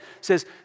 says